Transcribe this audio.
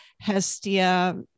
hestia